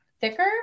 thicker